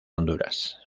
honduras